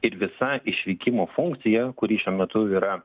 ir visa išvykimo funkcija kuri šiuo metu yra